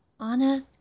Anna